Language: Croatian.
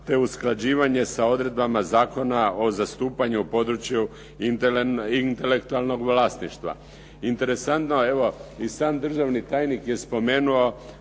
te usklađivanje sa odredbama Zakona o zastupanju u području intelektualnog vlasništva. Interesantno evo i sam državni tajnik je spomenuo